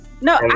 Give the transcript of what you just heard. No